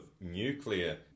nuclear